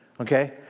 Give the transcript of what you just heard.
okay